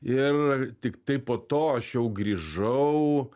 ir tiktai po to aš jau grįžau